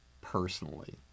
personally